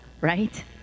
right